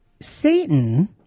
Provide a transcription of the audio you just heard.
Satan